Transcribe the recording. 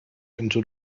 into